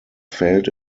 failed